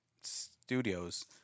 studios